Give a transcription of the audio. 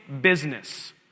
business